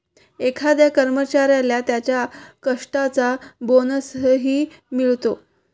एखाद्या कर्मचाऱ्याला त्याच्या कष्टाचा बोनसही मिळतो